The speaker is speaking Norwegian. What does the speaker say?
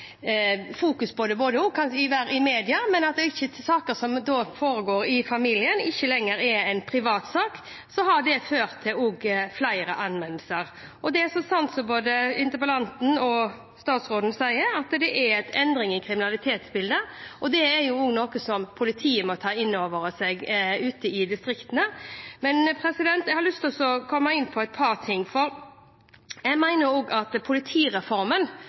i media, og saker som foregår i familien, er ikke lenger en privatsak. Det har også ført til flere anmeldelser. Det er sant som interpellanten og statsråden sier, at det er en endring i kriminalitetsbildet. Det er også noe politiet må ta inn over seg ute i distriktene. Jeg har lyst til å komme inn på et par ting. Jeg mener også at politireformen,